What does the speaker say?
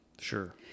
Sure